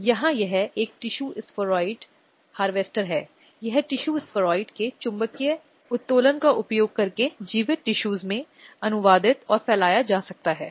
अब यहां एक और दिलचस्प बात यह है कि जब घरेलू रिश्तों की बात की जाती है तो लिव इन रिलेशनशिप की अवधारणा का भी कानून द्वारा ध्यान रखा गया है जिसका अर्थ है कि ऐसे संबंधों को भी कानून का संरक्षण मिल सकता है